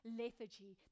lethargy